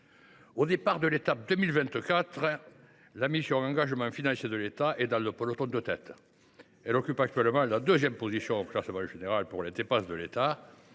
au départ de l’étape 2024, la mission « Engagements financiers de l’État » est dans le peloton de tête. Elle occupe actuellement la deuxième position dans le classement général des dépenses de l’État,